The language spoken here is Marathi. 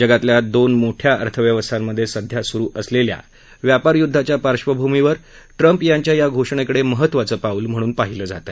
जगातल्या या दोन मोठ्या अर्थव्यवस्थांमधे सध्या सुरु असलेल्या व्यापार युद्धाच्या पार्श्वभूमीवर ट्रम्प यांच्या या घोषणेकडे महत्त्वाचं पाऊल म्हणून पाहिलं जातं